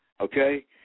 Okay